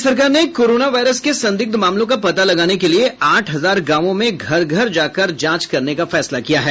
राज्य सरकार ने कोरोना वायरस के संदिग्ध मामलों का पता लगाने के लिए आठ हजार गांवों में घर घर जाकर जांच करने का फैसला किया है